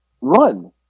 run